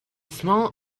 small